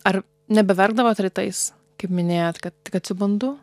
ar nebeverkdavot rytais kaip minėjot kad tik atsibundu